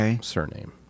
surname